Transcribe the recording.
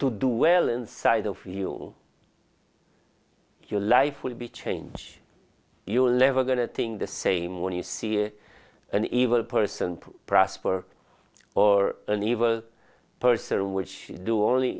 to do well inside of you your life will be change you will never going to thing the same when you see an evil person prosper or an evil person which do only